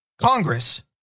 Congress